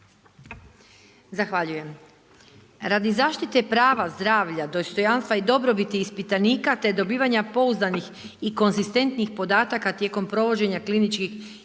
Zahvaljujem.